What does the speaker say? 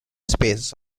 spaces